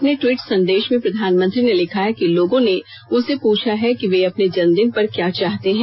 अपने ट्वीट संदेश में प्रधानमंत्री ने लिखा है कि लोगों ने उनसे पूछा है कि वे अपने जन्मदिन पर क्या चाहते हैं